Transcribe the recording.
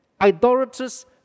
idolatrous